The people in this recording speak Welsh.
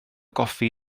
goffi